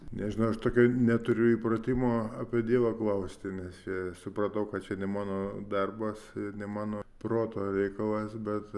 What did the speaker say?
nežinau aš tokio neturiu įpratimo apie dievą klausti nes jei supratau kad šiandien mano darbas ne mano proto reikalas bet